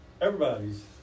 Everybody's